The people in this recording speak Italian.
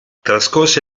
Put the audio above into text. trascorse